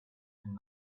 and